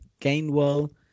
Gainwell